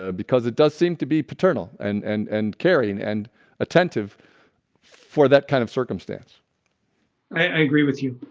ah because it does seem to be paternal and and and caring and attentive for that kind of circumstance i agree with you.